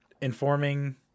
informing